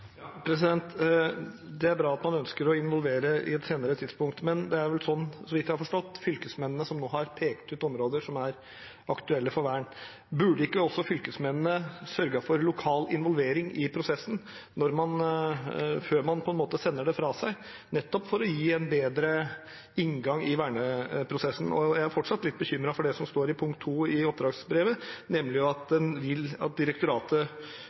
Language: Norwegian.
Det er bra at man ønsker å involvere på et senere tidspunkt, men det er vel sånn, så vidt jeg har forstått, at det er fylkesmennene som nå har pekt ut områder som er aktuelle for vern. Burde ikke fylkesmennene også sørget for lokal involvering i prosessen før man sender det fra seg, nettopp for å gi en bedre inngang i verneprosessen? Jeg er fortsatt litt bekymret for det som står i punkt 2 i oppdragsbrevet, nemlig at direktoratet vil